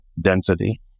density